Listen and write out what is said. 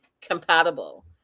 compatible